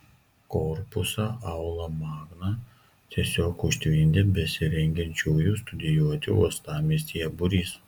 korpusą aula magna tiesiog užtvindė besirengiančiųjų studijuoti uostamiestyje būrys